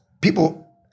people